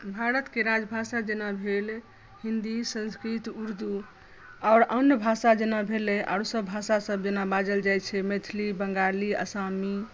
भारतके राजभाषा जेना भेल हिन्दी संस्कृत उर्दु आओर अन्य भाषा जेना भेलै सभ भाषा सभ जेना बाजल जाइ छै मैथिली बंगाली आसामी